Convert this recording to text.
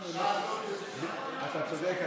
אתה צודק.